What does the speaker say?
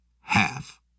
Half